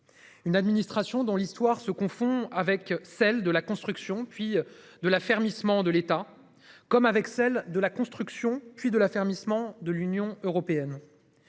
Une administration dont l'histoire se confond avec celle de la construction puis de l'affermissement de l'État comme avec celle de la construction puis de l'affermissement de l'Union européenne.